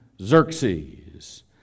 Xerxes